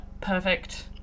perfect